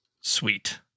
Sweet